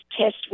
test